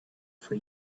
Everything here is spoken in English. for